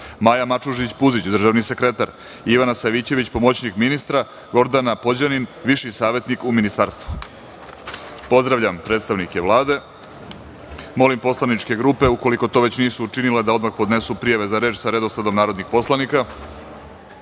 Maja Mačužić Puzić, državni sekretar; Ivana Savićević, pomoćnik ministra; Gordana Pođanin, viši savetnik u Ministarstvu. Pozdravljam predstavnike Vlade. Molim poslaničke grupe, ukoliko to već nisu učinile, da odmah podnesu prijave za reč sa redosledom narodnih poslanika. Saglasno